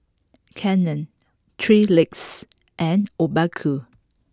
Canon Three Legs and Obaku